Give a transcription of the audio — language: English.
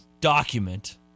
document